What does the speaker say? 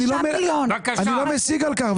אני לא משיג על-כך.